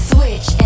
Switch